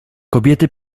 kobiety